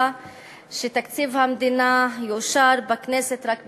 שתקציב המדינה יאושר בכנסת רק בנובמבר.